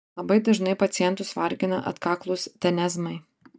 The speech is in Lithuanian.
labai dažnai pacientus vargina atkaklūs tenezmai